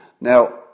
Now